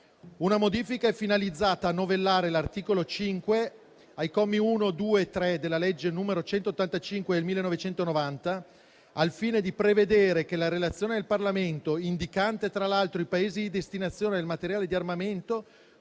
Una modifica è finalizzata a novellare l'articolo 5, commi 1, 2 e 3, della legge n. 185 del 1990, al fine di prevedere che la relazione del Parlamento, indicante, tra l'altro, i Paesi di destinazione del materiale di armamento